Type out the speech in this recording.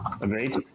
Agreed